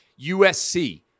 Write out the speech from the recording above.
USC